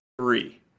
three